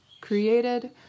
created